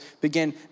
began